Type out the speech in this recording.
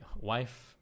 wife